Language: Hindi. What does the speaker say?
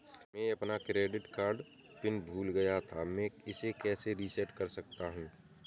मैं अपना क्रेडिट कार्ड पिन भूल गया था मैं इसे कैसे रीसेट कर सकता हूँ?